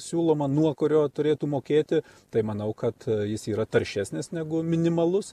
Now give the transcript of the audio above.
siūloma nuo kurio turėtų mokėti tai manau kad jis yra taršesnis negu minimalus